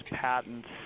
patents